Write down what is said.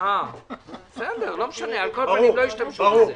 לא השתמשו בזה.